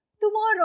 tomorrow